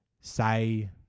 say